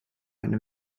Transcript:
eine